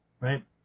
right